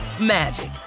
magic